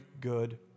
good